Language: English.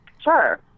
Sure